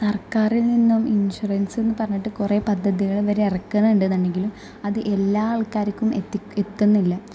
സർക്കാരിൽ നിന്നും ഇൻഷുറൻസ്ന്ന് പറഞ്ഞിട്ട് കുറെ പദ്ധതികൾ ഇവർ ഇറക്കണൊന്നുണ്ടെങ്കിലും അത് എല്ലാ ആൾക്കാർക്കും എത്തുന്നില്ല